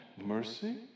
mercy